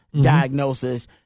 diagnosis